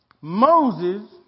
Moses